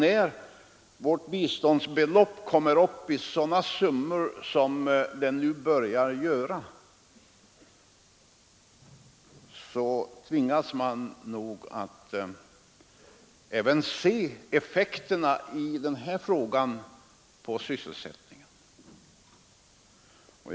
När våra biståndsinsatser kommer upp i sådana belopp som de nu börjar göra, tvingas man nog att också se till dessa insatsers effekt på sysselsättningen.